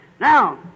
Now